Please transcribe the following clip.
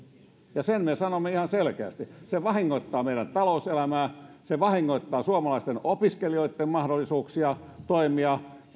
ja sen me sanomme ihan selkeästi se vahingoittaa meidän talouselämää se vahingoittaa suomalaisten opiskelijoitten mahdollisuuksia toimia